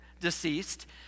deceased